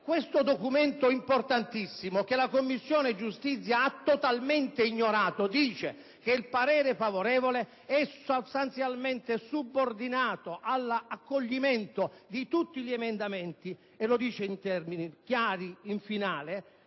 Questo documento importantissimo, che la Commissione giustizia ha totalmente ignorato, afferma che il parere favorevole è sostanzialmente subordinato all'accoglimento di tutti gli emendamenti e lo ribadisce in termini chiari in finale